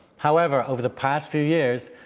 however, over the past few years,